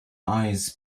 eyes